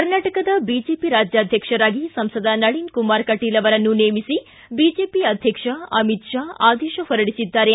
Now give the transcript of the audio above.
ಕರ್ನಾಟಕದ ಬಿಜೆಪಿ ರಾಜ್ಯಾಧ್ವಕರಾಗಿ ಸಂಸದ ನಳೀನ್ ಕುಮಾರ್ ಕಟೀಲ್ ಅವರನ್ನು ನೇಮಿಸಿ ಬಿಜೆಪಿ ಅಧ್ಯಕ್ಷ ಅಮಿತ್ ಶಾ ಆದೇಶ ಹೊರಡಿಸಿದ್ದಾರೆ